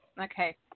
okay